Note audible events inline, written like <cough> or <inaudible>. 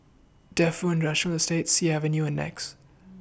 Defu Industrial Estate Sea Avenue and Nex <noise>